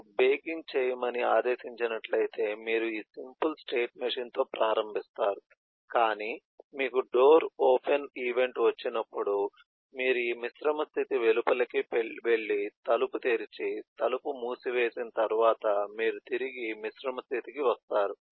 మీరు బేకింగ్ చేయమని ఆదేశించినట్లయితే మీరు ఈ సింపుల్ స్టేట్ మెషీన్తో ప్రారంభిస్తారు కానీ మీకు డోర్ ఓపెన్ ఈవెంట్ వచ్చినప్పుడు మీరు ఈ మిశ్రమ స్థితి వెలుపలకి వెళ్లి తలుపు తెరిచి తలుపు మూసివేసిన తర్వాత మీరు తిరిగి మిశ్రమ స్థితికి వస్తారు